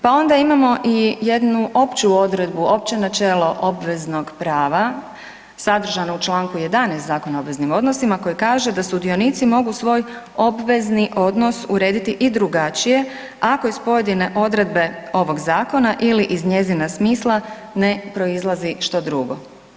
Pa onda imamo i jednu opću odredbu, opće načelo obveznog prava sadržano u čl. 11 Zakona o obveznim odnosima koji kaže da sudionici mogu svoj obvezni odnos urediti i drugačije, ako iz pojedine odredbe ovog Zakona ili iz njezina smisla ne proizlazi što drugo.